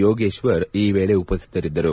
ಯೋಗೇಶ್ವರ್ ಈ ವೇಳೆ ಉಪಸ್ಟಿತರಿದ್ದರು